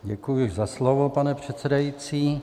Děkuji za slovo, pane předsedající.